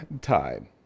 Time